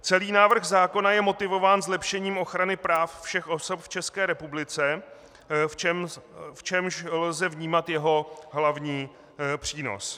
Celý návrh zákona je motivován zlepšením ochrany práv všech osob v České republice, v čemž lze vnímat jeho hlavní přínos.